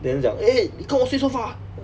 then 就讲 eh 你跟我睡 sofa